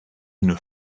une